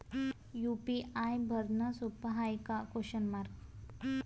UPI भरनं सोप हाय का?